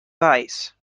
valls